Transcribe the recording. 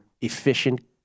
efficient